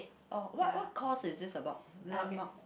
orh what what course is this about landmark